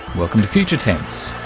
welcome to future tense.